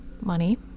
money